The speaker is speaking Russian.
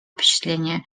впечатление